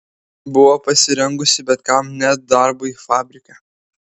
buvo pasirengusi bet kam net darbui fabrike